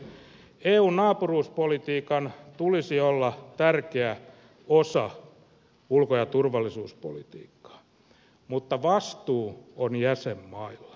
eun naapuruuspolitiikan tulisi olla tärkeä osa ulko ja turvallisuuspolitiikkaa mutta vastuu on jäsenmailla